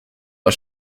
aus